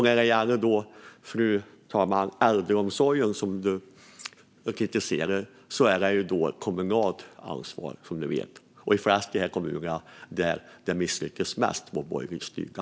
När det gäller äldreomsorgen, fru talman, som ledamoten kritiserar, är den som vi vet ett kommunalt ansvar, och de flesta kommuner som har misslyckats är borgerligt styrda.